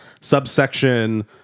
subsection